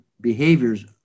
behaviors